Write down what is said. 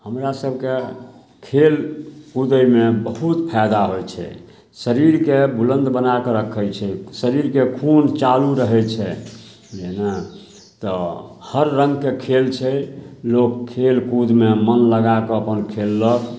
हमरासभके खेल कुदैमे बहुत फायदा होइ छै शरीरके बुलन्द बनाकऽ रखै छै शरीरके खून चालू रहै छै बुझलिए ने तऽ हर रङ्गके खेल छै लोक खेलकूदमे मोन लगाकऽ अपन खेललक